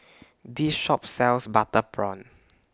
This Shop sells Butter Prawn